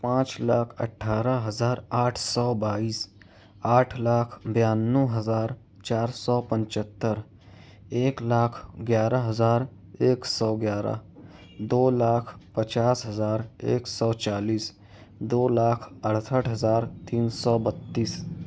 پانچ لاکھ اٹھارہ ہزار آٹھ سو بائیس آٹھ لاکھ بانوے ہزار چار پچہتر ایک لاکھ گیارہ ہزار ایک سو گیارہ دو لاکھ پچاس ہزار ایک سو چالیس دو لاکھ اڑسٹھ ہزار تین سو بتیس